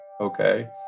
okay